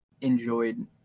enjoyed